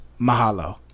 mahalo